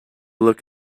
look